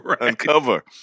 Uncover